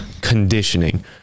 conditioning